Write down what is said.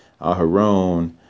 Aharon